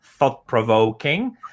thought-provoking